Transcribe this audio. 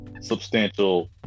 substantial